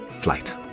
flight